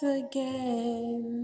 again